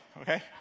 okay